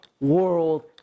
world